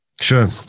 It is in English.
Sure